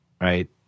right